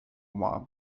oma